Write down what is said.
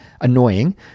annoying